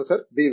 professor B